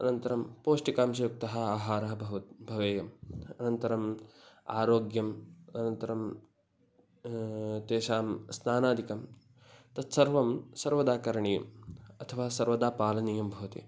अनन्तरं पौष्टिकांशयुक्तः आहारः भव् भवेयम् अनन्तरम् आरोग्यम् अनन्तरं तेषां स्नानादिकं तत्सर्वं सर्वदा करणीयम् अथवा सर्वदा पालनीयं भवति